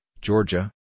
Georgia